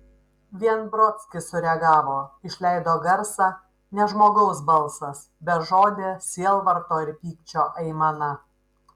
vien brodskis sureagavo išleido garsą ne žmogaus balsas bežodė sielvarto ir pykčio aimana